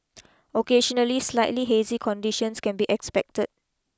occasionally slightly hazy conditions can be expected